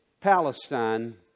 Palestine